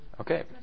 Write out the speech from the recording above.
Okay